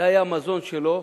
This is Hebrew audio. זה היה המזון שלו.